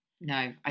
No